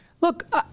look